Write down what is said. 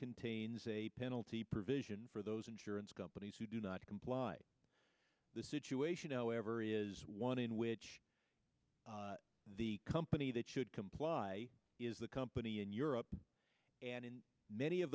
contains a penalty provision for those insurance companies who do not comply the situation however is one in which the company that should comply is the company in europe and in many of